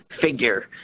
figure